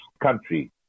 country